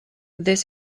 this